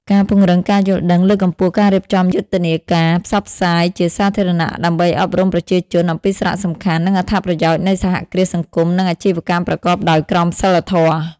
ការពង្រឹងការយល់ដឹង លើកកម្ពស់ការរៀបចំយុទ្ធនាការផ្សព្វផ្សាយជាសាធារណៈ ដើម្បីអប់រំប្រជាជនអំពីសារៈសំខាន់ និងអត្ថប្រយោជន៍នៃសហគ្រាសសង្គម និងអាជីវកម្មប្រកបដោយក្រមសីលធម៌ ។